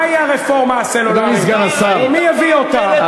מהי הרפורמה הסלולרית ומי הביא אותה,